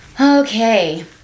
Okay